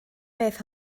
beth